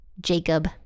Jacob